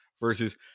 versus